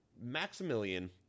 Maximilian